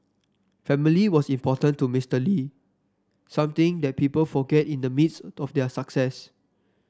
family was important to Mister Lee something that people forget in the midst of their success